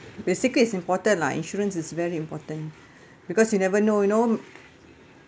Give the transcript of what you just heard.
basically it's important lah insurance is very important because you never know you know